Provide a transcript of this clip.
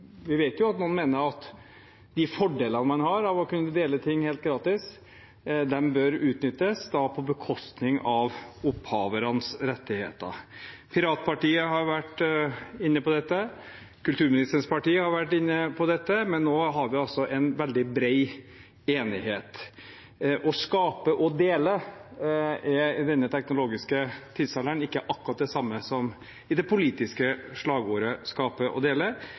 Vi vet at noen mener at de fordelene man har av å kunne dele ting helt gratis, bør utnyttes, da på bekostning av opphavernes rettigheter. Piratpartiet har vært inne på dette, kulturministerens parti har vært inne på dette, men nå har vi altså en veldig bred enighet. Å skape og dele er i denne teknologiske tidsalderen ikke akkurat det samme som i det politiske slagordet om å skape og dele